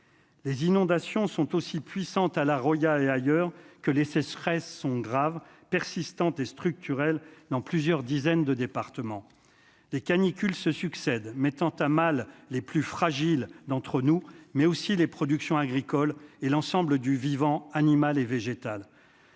Les inondations sont aussi puissantes à la Roya et ailleurs, que les sécheresses sont graves persistante et structurel dans plusieurs dizaines de départements les canicules se succèdent, mettant à mal les plus fragiles d'entre nous, mais aussi les productions agricoles et l'ensemble du vivant, animal et végétal,